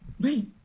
Right